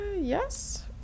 yes